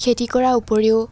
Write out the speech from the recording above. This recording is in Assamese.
খেতি কৰাৰ উপৰিও